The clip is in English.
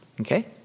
Okay